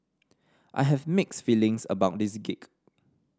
I have mixed feelings about this gig